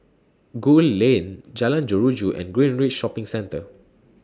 Gul Lane Jalan Jeruju and Greenridge Shopping Centre